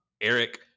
Eric